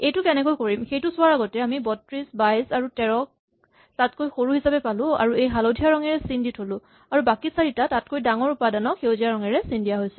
এইটো কেনেকৈ কৰিম সেইটো চোৱাৰ আগতেই আমি ৩২ ২২ আৰু ১৩ ক তাতকৈ সৰু হিচাপে পালো আৰু হালধীয়া ৰঙেৰে চিন দি থ'লো আৰু বাকী চাৰিটা তাতকৈ ডাঙৰ উপাদানক সেউজীয়া ৰঙেৰে চিন দিয়া হৈছে